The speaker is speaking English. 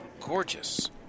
gorgeous